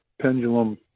Pendulum